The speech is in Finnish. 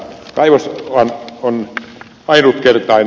kaivoshan on ainutkertainen